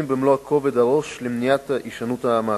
במלוא כובד הראש במניעת הישנות המעשים.